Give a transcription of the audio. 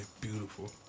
beautiful